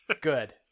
Good